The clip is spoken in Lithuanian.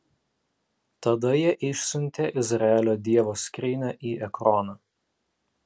tada jie išsiuntė izraelio dievo skrynią į ekroną